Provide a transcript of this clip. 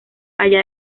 allá